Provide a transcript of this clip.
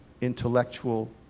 intellectual